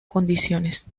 condiciones